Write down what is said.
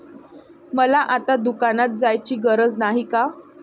मला आता दुकानात जायची गरज नाही का?